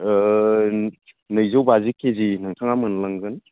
नैजौ बाजि केजि नोंथाङा मोनलांगोन